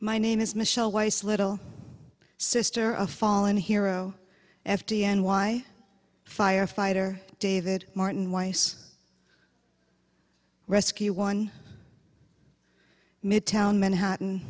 my name is michelle weiss little sister of fallen hero f t n y firefighter david martin weiss rescue one midtown manhattan